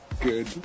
good